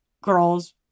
girls